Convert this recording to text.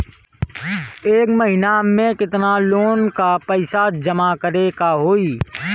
एक महिना मे केतना लोन क पईसा जमा करे क होइ?